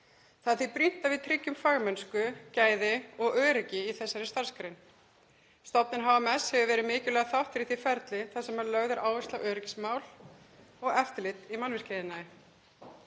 Það er því brýnt að við tryggjum fagmennsku, gæði og öryggi í þessari starfsgrein. Stofnunin HMS hefur verið mikilvægur þáttur í því ferli þar sem lögð er áhersla á öryggismál og eftirlit í mannvirkjaiðnaði.